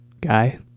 guy